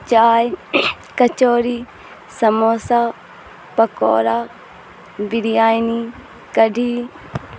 چائے کچوری سموسا پکوڑا بریانی کڑھی